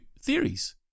theories